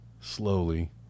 Slowly